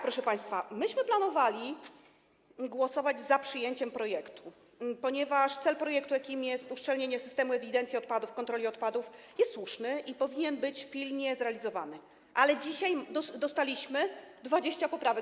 Proszę państwa, planowaliśmy głosować za przyjęciem projektu, ponieważ jego cel, jakim jest uszczelnienie systemu ewidencji odpadów, kontroli odpadów, jest słuszny i powinien być pilnie zrealizowany, ale dzisiaj dostaliśmy 20 poprawek.